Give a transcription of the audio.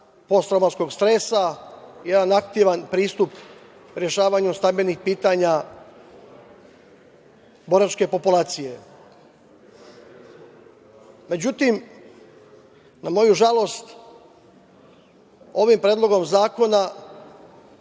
posttraumatskog stresa, jedan aktivan pristup rešavanju stambenih pitanja boračke populacije.Međutim, na moju žalost, ovim predlogom zakona